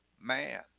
man